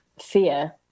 fear